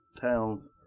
towns